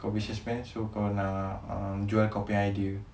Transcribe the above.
kau businessman so kau nak jual kau punya idea